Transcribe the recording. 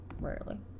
Rarely